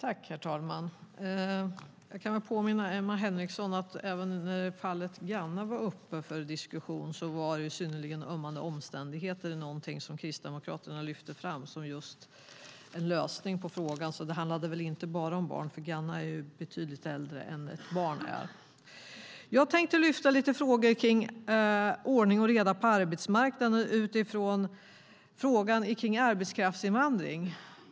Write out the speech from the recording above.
Herr talman! Jag kan påminna Emma Henriksson om att "synnerligen ömmande omständigheter" var någonting Kristdemokraterna lyfte fram som en lösning på frågan även när fallet Ganna var uppe för diskussion. Det handlade väl alltså inte bara om barn, för Ganna är betydligt äldre än vad ett barn är. Jag tänkte lyfta fram lite frågor kring ordning och reda på arbetsmarknaden utifrån frågan om arbetskraftsinvandring.